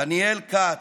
דניאל כץ,